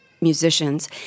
musicians